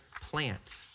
plant